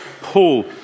Paul